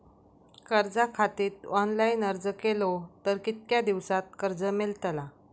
कर्जा खातीत ऑनलाईन अर्ज केलो तर कितक्या दिवसात कर्ज मेलतला?